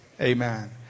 amen